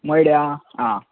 मयड्या आ